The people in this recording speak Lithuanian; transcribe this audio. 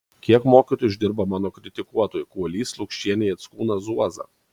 kiek mokytoju išdirbo mano kritikuotojai kuolys lukšienė jackūnas zuoza